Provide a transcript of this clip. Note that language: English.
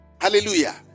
hallelujah